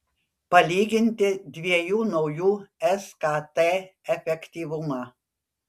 palyginti dviejų naujų skt efektyvumą